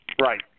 Right